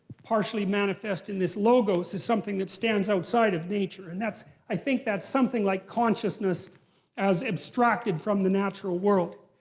partially manifest in this logos, is something that stands outside of nature. and i think that's something like consciousness as abstracted from the natural world.